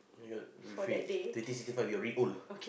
you know refect twenty sixty five we already old